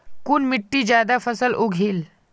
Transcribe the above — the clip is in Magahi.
कुन मिट्टी ज्यादा फसल उगहिल?